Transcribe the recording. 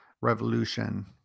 revolution